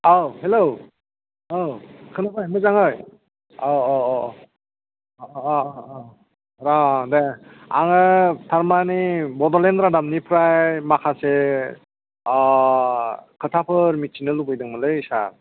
औ हेलौ औ खोनाबाय मोजाङै औ औ औ अ अ अ र' दे आङो थारमानि बड'लेण्ड राडाबनिफ्राय माखासे खोथाफोर मिथिनो लुबैदोंमोनलै सार